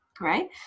Right